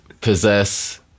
possess